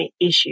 issue